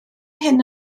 hyn